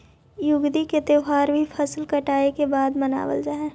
युगादि के त्यौहार भी फसल कटाई के बाद मनावल जा हइ